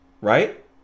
right